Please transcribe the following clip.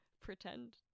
pretend